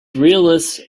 realist